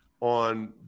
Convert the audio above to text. on